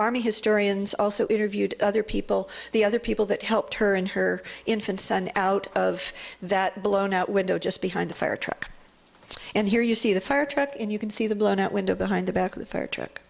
army historians also interviewed other people the other people that helped her and her infant son out of that blown out window just behind the fire truck and here you see the fire truck and you can see the blown out window behind the back of the fire truck